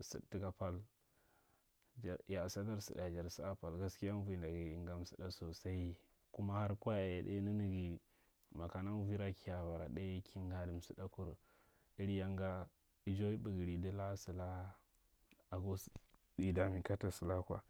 sadtaka pali jar yar a sodar saɗa jar sa pal. Gaskiya auwurnda ga in gadi insida sosai. Kuma har kwase dai nɗaga makara amuwira kiy bara ɗai ki ngadi maadakur iri ya nga aawai ɓasariji la, salaka, ago i dam, yata salaka kwa,